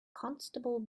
constable